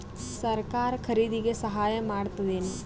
ಸರಕಾರ ಖರೀದಿಗೆ ಸಹಾಯ ಮಾಡ್ತದೇನು?